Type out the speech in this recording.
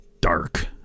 dark